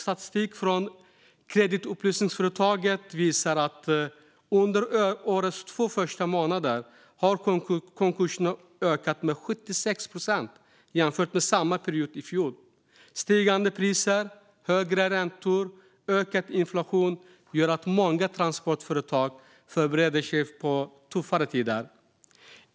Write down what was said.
Statistik från kreditupplysningsföretaget UC visar att konkurserna inom branschen under årets två första månader ökade med 76 procent jämfört med samma period i fjol. Stigande priser, högre räntor och ökad inflation gör att många transportföretag förbereder sig på tuffare tider.